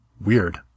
Weird